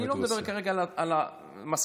אני לא מדבר כרגע על המסקנות,